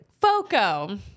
Foco